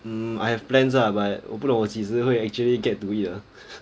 mm I have plans lah but 我不懂我几时会 actually get to it